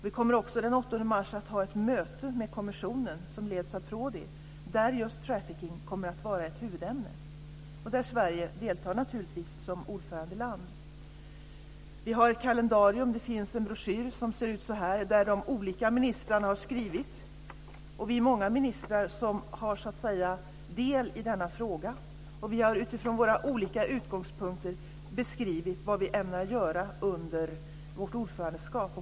Vi kommer också den 8 mars att ha ett möte med kommissionen som leds av Prodi där just trafficking kommer att vara ett huvudämne och där Sverige naturligtvis deltar som ordförandeland. Vi har ett kalendarium där de olika ministrarna har skrivit, och vi är många ministrar som har del i denna fråga. Vi har utifrån våra olika utgångspunkter beskrivit vad vi ämnar göra under vårt ordförandeskap.